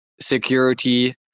security